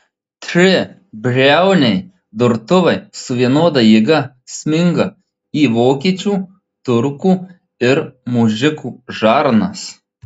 tribriauniai durtuvai su vienoda jėga sminga į vokiečių turkų ir mužikų žarnas